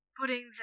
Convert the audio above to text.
putting